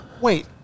Wait